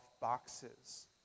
boxes